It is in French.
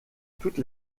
toutes